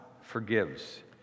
forgives